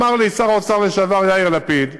אמר לי שר האוצר לשעבר יאיר לפיד,